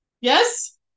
yes